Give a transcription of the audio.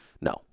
No